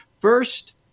first